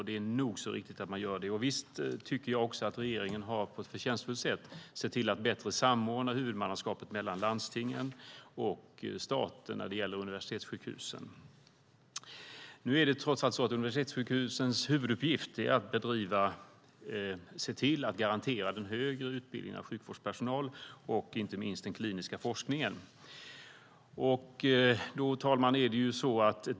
Det är nog så riktigt att man gör det, och visst tycker jag också att regeringen på ett förtjänstfullt sätt har sett till att bättre samordna huvudmannaskapet mellan landstingen och staten när det gäller universitetssjukhusen. Nu är det trots allt så att universitetssjukhusens huvuduppgift är att se till att garantera den högre utbildningen av sjukvårdspersonal och inte minst den kliniska forskningen. Herr talman!